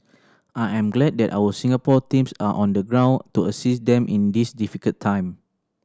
I am glad that our Singapore teams are on the ground to assist them in this difficult time